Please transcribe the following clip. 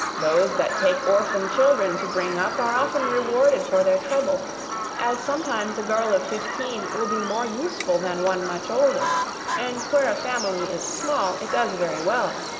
those that take orphan children to bring up, are often rewarded for their trouble as sometimes a girl of fifteen will be more useful than one much older and where family is small it does very well,